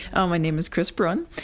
oh, my name is chris bruin.